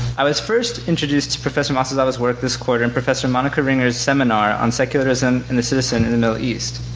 i was first introduced to professor masuzawa's work this quarter in professor monica ringer's seminar on secularism and the citizen in the middle east.